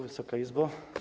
Wysoka Izbo!